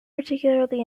particularly